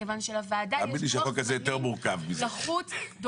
כיוון שלוועדה יש לוח זמנים לחוץ,